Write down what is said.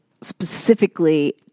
specifically